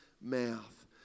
mouth